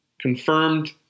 confirmed